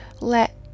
let